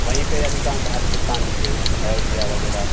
वहीं पे अधिकांश धार्मिक स्थान भी हैं अयोध्या वगैरह